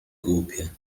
głupie